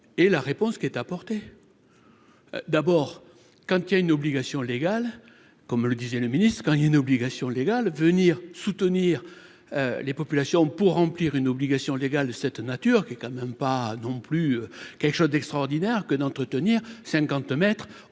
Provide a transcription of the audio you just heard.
et la réponse qui est apportée d'abord quand il a une obligation légale, comme le disait le ministre quand il y a une obligation légale, venir soutenir les populations pour remplir une obligation légale de cette nature qui est quand même pas non plus quelque chose d'extraordinaire que d'entretenir cinquante